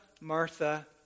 Martha